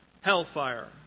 Hellfire